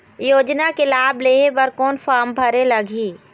योजना के लाभ लेहे बर कोन फार्म भरे लगही?